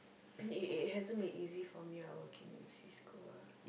it it hasn't been easy for me ah working in Cisco ah